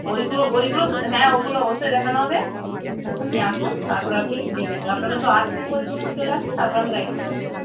ওইগুলো ওইগুলো তো হ্যাঁ ওগুলো অবশ্যই দেখানো হবে আপনি আসুন তারপরে আপনি দেখে নেবেন আপনারা তো আসছেন বলছেন যখন চলে আসুন তারপরে আমি গাইড করে দেবো